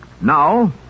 Now